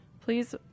Please